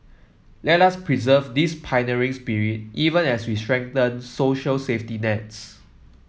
let us preserve this pioneering spirit even as we strengthen social safety nets